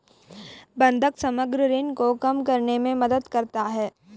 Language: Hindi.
बंधक समग्र ऋण को कम करने में मदद करता है